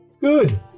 Good